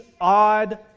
odd